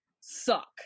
suck